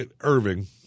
Irving